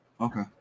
Okay